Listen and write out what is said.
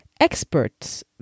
experts